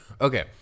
Okay